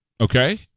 okay